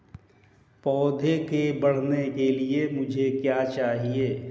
पौधे के बढ़ने के लिए मुझे क्या चाहिए?